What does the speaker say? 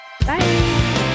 Bye